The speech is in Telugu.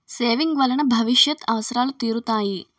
సేవింగ్ వలన భవిష్యత్ అవసరాలు తీరుతాయి